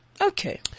Okay